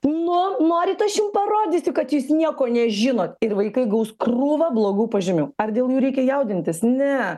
nu norit aš jum parodysiu kad jūs nieko nežinot ir vaikai gaus krūvą blogų pažymių ar dėl jų reikia jaudintis ne